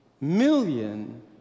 million